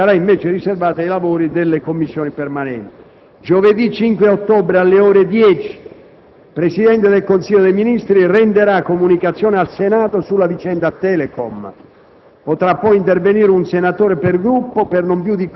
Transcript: La mattinata di domani sarà invece riservata ai lavori delle Commissioni permanenti. Giovedì 5 ottobre, alle ore 10, il Presidente del Consiglio dei ministri renderà comunicazioni al Senato sulla vicenda Telecom.